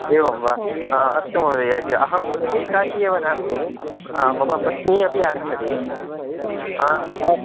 एवं वा अस्तु महोदय अहम् एकाकी एव नास्मि मम पत्नी अपि आगच्छति हा